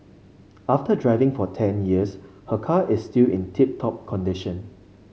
after driving for ten years her car is still in tip top condition